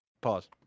Pause